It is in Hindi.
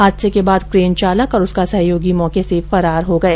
हादसे के बाद क्रेन चालक और उसका सहयोगी मौके से फरार हो गए